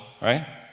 right